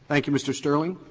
thank you, mr. sterling.